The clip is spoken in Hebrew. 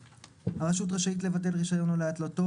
7/א'.הרשות רשאית לבטל רישיון או להתלותו,